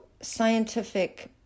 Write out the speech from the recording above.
scientific